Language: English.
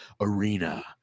arena